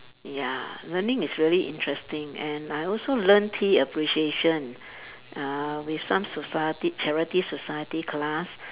ya learning is very interesting and I also learn tea appreciation uh with some society charity society class